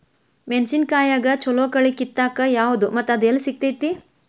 ಮೆಣಸಿನಕಾಯಿಗ ಛಲೋ ಕಳಿ ಕಿತ್ತಾಕ್ ಯಾವ್ದು ಮತ್ತ ಅದ ಎಲ್ಲಿ ಸಿಗ್ತೆತಿ?